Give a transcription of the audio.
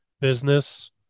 business